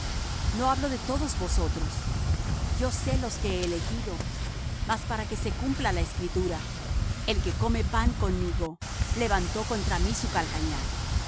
no hablo de todos vosotros yo sé los que he elegido mas para que se cumpla la escritura el que come pan conmigo levantó contra mí su calcañar